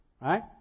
right